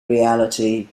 reality